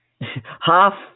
half